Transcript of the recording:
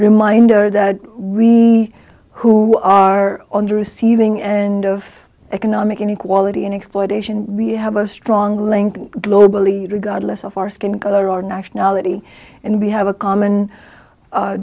reminder that we who are on the receiving end of economic inequality and exploitation we have a strong link globally regardless of our skin color or nationality and we have a common